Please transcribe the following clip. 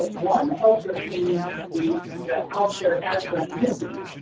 one of the things we. that healthcare has been missing.